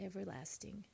everlasting